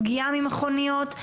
פגיעה ממכוניות,